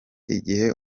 igihe